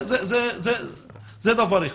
זה דבר אחד.